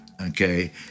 okay